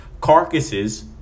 carcasses